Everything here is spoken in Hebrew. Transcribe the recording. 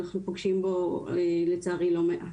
אנחנו פוגשים בו לצערי לא מעט.